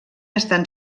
estan